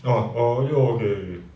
orh orh okay okay